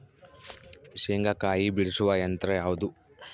ಶೇಂಗಾಕಾಯಿ ಬಿಡಿಸುವ ಯಂತ್ರ ಯಾವುದು?